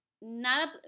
nada